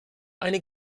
eine